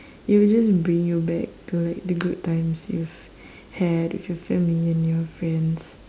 it will just bring you back to like the good times you've had with your family and your friends